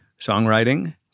songwriting